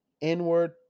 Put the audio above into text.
inward